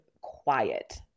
quiet